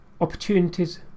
opportunities